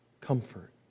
comfort